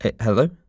Hello